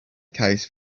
case